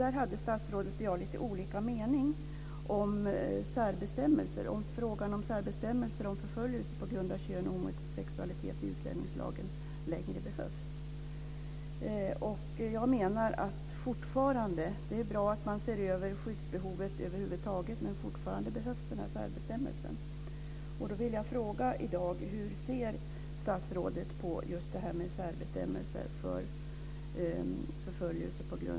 Där hade statsrådet och jag lite olika mening om särbestämmelser och frågan om särbestämmelser om förföljelse på grund av kön och homosexualitet i utlänningslagen längre behövs. Det är bra att man ser över skyddsbehovet över huvud taget, men fortfarande behövs den här särbestämmelsen.